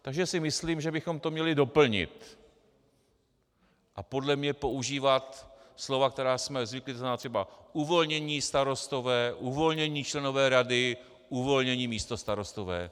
Takže si myslím, že bychom to měli doplnit a podle mě používat slova, na která jsme zvyklí, to znamená třeba uvolnění starostové, uvolnění členové rady, uvolnění místostarostové.